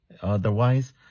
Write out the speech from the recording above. Otherwise